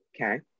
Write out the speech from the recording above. Okay